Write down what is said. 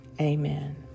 Amen